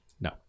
No